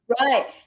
Right